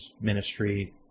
ministry